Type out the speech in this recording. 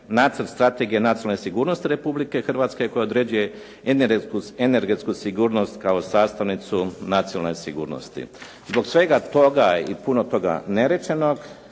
Nacrt strategije nacionalne sigurnosti Republike Hrvatske koja određuje energetsku sigurnost kao sastavnicu nacionalne sigurnosti. Zbog svega toga i puno toga nerečenog